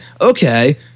okay